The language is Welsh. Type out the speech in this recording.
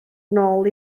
nôl